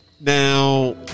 Now